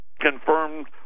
confirmed